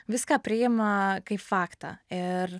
viską priima kaip faktą ir